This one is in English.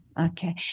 okay